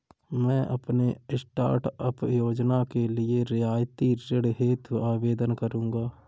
मैं अपने स्टार्टअप योजना के लिए रियायती ऋण हेतु आवेदन करूंगा